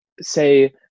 say